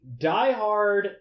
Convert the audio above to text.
diehard